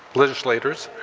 legislators,